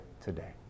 today